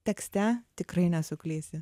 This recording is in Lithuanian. tekste tikrai nesuklysi